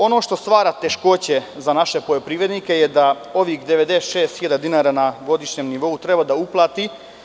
Ono što stvara teškoće za naše poljoprivrednike je da ovih 96.000 dinara na godišnjem nivou treba da uplate.